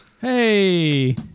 Hey